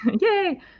yay